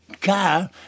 car